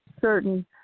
certain